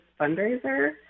fundraiser